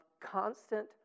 constant